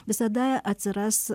visada atsiras